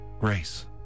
grace